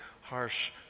harsh